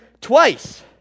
twice